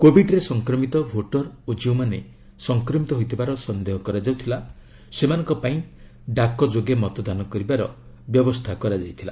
କୋବିଡରେ ସଂକ୍ରମିତ ଭୋଟର ଓ ଯେଉଁମାନେ ସଂକ୍ରମିତ ହୋଇଥିବାର ସନ୍ଦେହ କରାଯାଉଥିଲା ସେମାନଙ୍କ ପାଇଁ ଡାକ ଯୋଗେ ମତଦାନ କରିବାର ବ୍ୟବସ୍ଥା କରାଯାଇଥିଲା